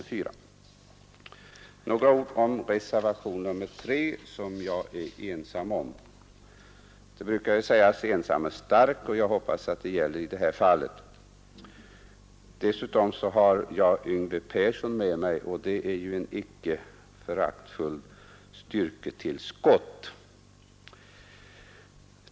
Jag vill sedan säga några ord om reservationen 3, som jag är ensam om. Det brukar heta att ”ensam är stark”, och jag hoppas att dui gäller i det här fallet. Dessutom har jag Yngve Persson med mig, och det är ju ett icke föraktligt styrketillskott.